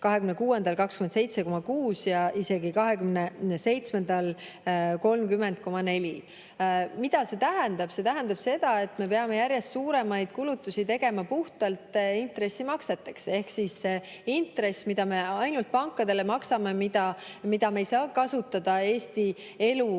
2027. aastal 30,4%. Mida see tähendab? See tähendab seda, et me peame järjest suuremaid kulutusi tegema puhtalt intressimakseteks, ehk intress, mida me ainult pankadele maksame, mida me ei saa kasutada Eesti elu